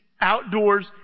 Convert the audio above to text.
outdoors